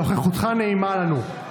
נוכחותך נעימה לנו.